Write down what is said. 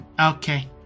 okay